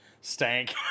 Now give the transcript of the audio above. stank